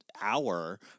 hour